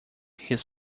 his